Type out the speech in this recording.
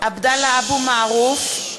עבדאללה אבו מערוף,